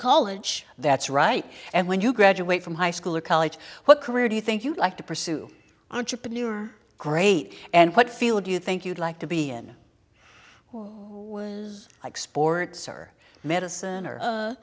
college that's right and when you graduate from high school or college what career do you think you'd like to pursue entrepreneur great and what field do you think you'd like to be in i sports or medicine or